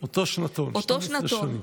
אותו שנתון, 12 שנים.